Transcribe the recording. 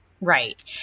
Right